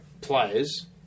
players